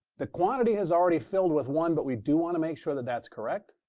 the quantity has already filled with one, but we do want to make sure that that's correct.